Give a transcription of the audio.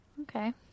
Okay